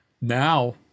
Now